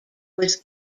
was